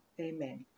Amen